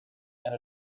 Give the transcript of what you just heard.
and